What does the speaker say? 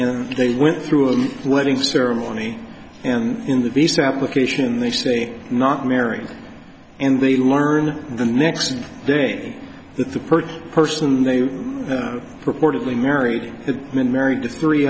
or they went through a wedding ceremony and in the beast application they say not married and they learn the next day that the per person they purportedly married the man married to three